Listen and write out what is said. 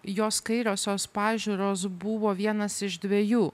jos kairiosios pažiūros buvo vienas iš dviejų